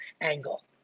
angle